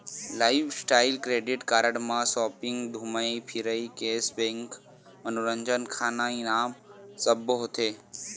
lifestyle credit card म shopping, धूमई फिरई, केस बेंक, मनोरंजन, खाना, इनाम सब्बो होथे